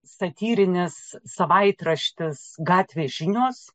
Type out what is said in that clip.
satyrinis savaitraštis gatvės žinios